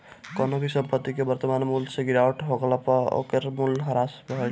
कवनो भी संपत्ति के वर्तमान मूल्य से गिरावट होखला पअ ओकर मूल्य ह्रास भइल